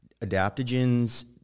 Adaptogens